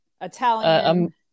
Italian